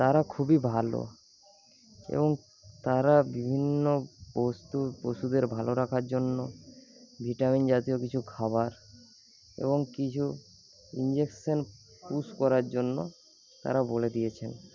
তারা খুবই ভালো এবং তারা বিভিন্ন পশু পশুদের ভালো রাখার জন্য ভিটামিন জাতীয় কিছু খাবার এবং কিছু ইনজেকশন পুষ করার জন্য তারা বলে দিয়েছেন